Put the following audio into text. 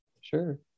Sure